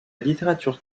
littérature